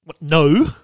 No